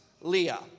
Leah